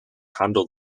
handle